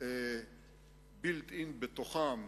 built in בתוכם,